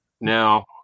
Now